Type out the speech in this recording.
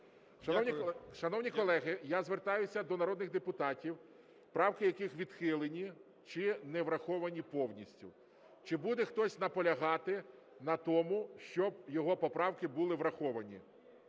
Шановні колеги, я звертаюся до народних депутатів, правки яких відхилені чи не враховані повністю. Чи буде хтось наполягати на тому, щоб його поправки були враховані?